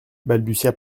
balbutia